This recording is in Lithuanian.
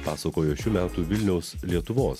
pasakojo šių metų vilniaus lietuvos